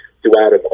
throughout